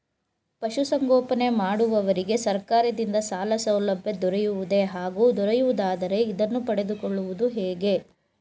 ಪಶುಸಂಗೋಪನೆ ಮಾಡುವವರಿಗೆ ಸರ್ಕಾರದಿಂದ ಸಾಲಸೌಲಭ್ಯ ದೊರೆಯುವುದೇ ಹಾಗೂ ದೊರೆಯುವುದಾದರೆ ಇದನ್ನು ಪಡೆದುಕೊಳ್ಳುವುದು ಹೇಗೆ?